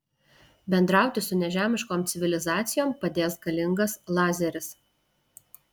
bendrauti su nežemiškom civilizacijom padės galingas lazeris